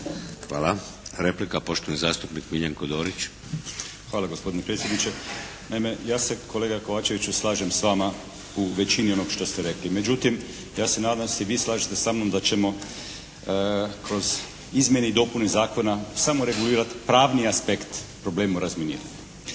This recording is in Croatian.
Hvala. Replika, poštovani zastupnik Miljenko Dorić. **Dorić, Miljenko (HNS)** Hvala gospodine predsjedniče. Naime, ja se kolega Kovačeviću slažem s vama u većini onog što ste rekli. Međutim, ja se nadam da se i vi slažete samnom da ćemo kroz izmjene i dopune zakona samo regulirati pravni aspekt problema u razminiranju.